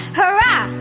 hurrah